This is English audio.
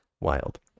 Wild